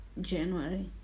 January